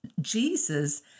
Jesus